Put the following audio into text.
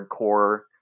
hardcore